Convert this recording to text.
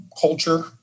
culture